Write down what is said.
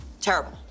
Terrible